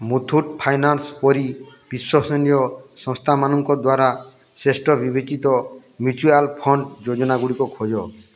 Muthoot Finance ପରି ବିଶ୍ଵସନୀୟ ସଂସ୍ଥାମାନଙ୍କ ଦ୍ଵାରା ଶ୍ରେଷ୍ଠ ବିବେଚିତ ମ୍ୟୁଚୁଆଲ୍ ଫଣ୍ଡ ଯୋଜନା ଗୁଡ଼ିକ ଖୋଜ